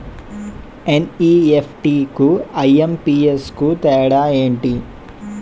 NEFT కు IMPS కు తేడా ఎంటి?